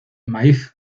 maíz